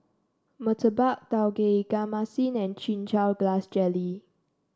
Murtabak Tauge Ikan Masin and Chin Chow Grass Jelly